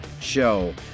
show